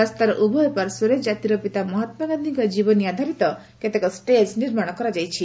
ରାସ୍ତାର ଉଭୟ ପାର୍ଶ୍ୱରେ ଜାତିର ପିତା ମହାତ୍ମା ଗାନ୍ଧୀଙ୍କ ଜୀବନୀ ଆଧାରିତ କେତେକ ଷ୍ଟେଜ୍ ନିର୍ମାଣ କରାଯାଇଛି